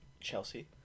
Chelsea